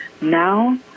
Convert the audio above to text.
now